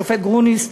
השופט גרוניס,